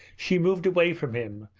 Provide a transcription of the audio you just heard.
she moved away from him,